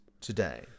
today